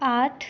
आठ